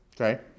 Okay